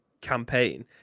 campaign